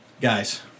guys